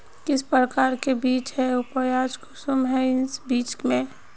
किस प्रकार के बीज है उपज कुंसम है इस बीज में?